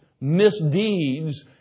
misdeeds